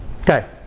Okay